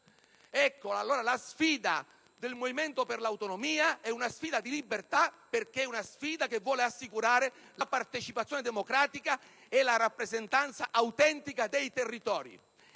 quest'Aula - la sfida del Movimento per l'Autonomia è una sfida di libertà, perché vuole assicurare la partecipazione democratica e la rappresentanza autentica dei territori.